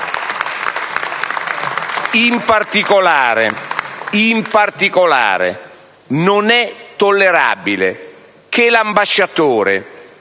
In particolare, non è tollerabile che l'ambasciatore,